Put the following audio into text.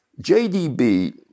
JDB